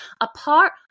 apart